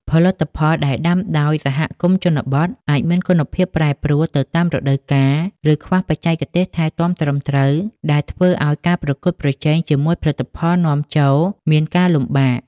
ផលិតផលកសិកម្មដែលដាំដោយសហគមន៍ជនបទ អាចមានគុណភាពប្រែប្រួលទៅតាមរដូវកាល ឬខ្វះបច្ចេកទេសថែទាំត្រឹមត្រូវ ដែលធ្វើឲ្យការប្រកួតប្រជែងជាមួយផលិតផលនាំចូលមានការលំបាក។